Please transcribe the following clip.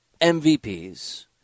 MVPs